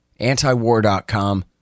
Antiwar.com